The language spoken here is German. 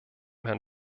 herrn